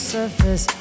surface